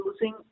using